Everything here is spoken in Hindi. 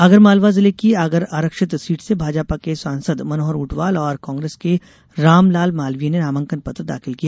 आगर मालवा जिले की आगर आरक्षीत सीट से भाजपा के सांसद मनोहर उंटवाल और कांग्रेस के रामलाल मालवीय ने नामांकन पत्र दाखिल किया